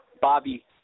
Bobby